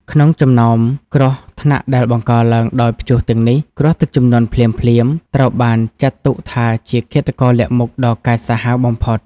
ក្នុងចំណោមគ្រោះថ្នាក់ដែលបង្កឡើងដោយព្យុះទាំងនេះ គ្រោះទឹកជំនន់ភ្លាមៗ ត្រូវបានចាត់ទុកថាជាឃាតករលាក់មុខដ៏កាចសាហាវបំផុត។